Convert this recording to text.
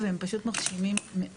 והם פשוט מרשימים מאוד.